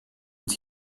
und